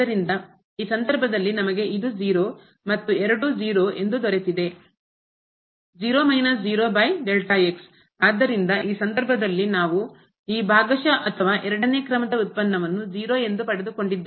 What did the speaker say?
ಆದ್ದರಿಂದ ಈ ಸಂದರ್ಭದಲ್ಲಿ ನಮಗೆ ಇದು 0 ಮತ್ತು ಎರಡೂ 0 ಎಂದು ದೊರೆತಿದೆ ಆದ್ದರಿಂದ ಈ ಸಂದರ್ಭದಲ್ಲಿ ನಾವು ಈ ಭಾಗಶಃ ಅಥವಾ ಎರಡನೇ ಕ್ರಮದ ವ್ಯುತ್ಪನ್ನವನ್ನು 0 ಎಂದು ಪಡೆದುಕೊಂಡಿದ್ದೇವೆ